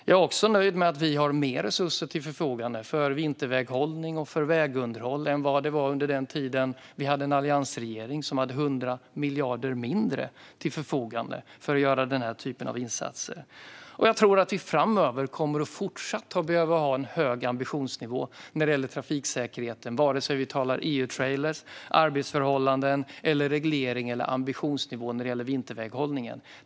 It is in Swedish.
Jag är också nöjd med att vi har mer resurser till förfogande för vinterväghållning och för vägunderhåll än vad man hade under den tid då vi hade en alliansregering, som hade 100 miljarder mindre till förfogande för att göra denna typ av insatser. Jag tror att vi framöver fortsatt kommer att behöva ha en hög ambitionsnivå när det gäller trafiksäkerheten, oavsett om vi talar om EU-trailrar, arbetsförhållanden, regleringar eller ambitionsnivåer när det gäller vinterväghållningen.